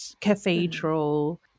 cathedral